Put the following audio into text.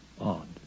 Odd